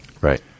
Right